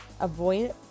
avoid